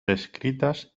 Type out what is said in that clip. descritas